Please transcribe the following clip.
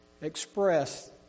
express